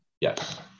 yes